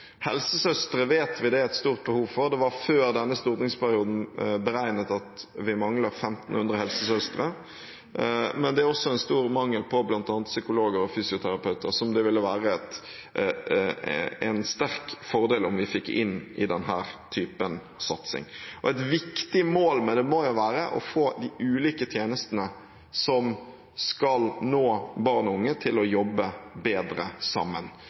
Vi vet det er et stort behov for helsesøstre. Før denne stortingsperioden var det beregnet at vi manglet 1 500 helsesøstre. Men det er også en stor mangel på bl.a. psykologer og fysioterapeuter, som det ville være en stor fordel om vi fikk inn i denne typen satsing. Et viktig mål må være å få de ulike tjenestene som skal nå barn og unge – skole, helsestasjon, skolehelsetjeneste, BUP, barnevern osv. – til å jobbe bedre sammen.